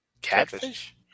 Catfish